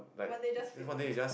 one day just take one